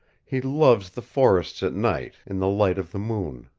he loves the forests at night in the light of the moon.